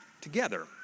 together